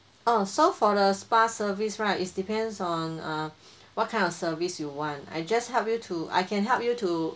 uh so for the spa service right is depends on err what kind of service you want I just help you to I can help you to